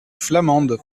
flamande